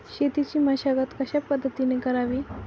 शेतीची मशागत कशापद्धतीने करावी?